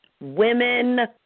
women